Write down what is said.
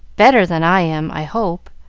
better than i am, i hope.